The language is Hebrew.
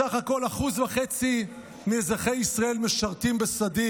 בסך הכול 1.5% מאזרחי ישראל משרתים בסדיר,